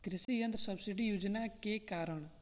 कृषि यंत्र सब्सिडी योजना के कारण?